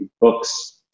books